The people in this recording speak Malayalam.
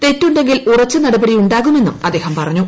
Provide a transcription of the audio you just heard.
തെറ്റുണ്ടെങ്കിൽ ഉറച്ച നടപടി ഉണ്ടാകുമെന്നും അദ്ദേഹം പറഞ്ഞു